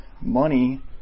money